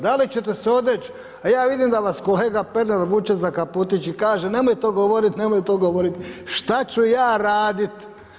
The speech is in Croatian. Da li će te se odreći, a ja vidim da vas kolega Pernar vuče za kaputić i kaže nemoj to govorit, nemoj to govorit, šta ću ja radit?